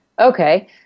okay